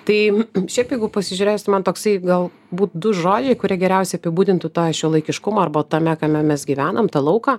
tai šiaip jeigu pasižiūrėsim toksai gal būt du žodžiai kurie geriausiai apibūdintų tą šiuolaikiškumą arba tame kame mes gyvenam tą lauką